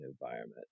environment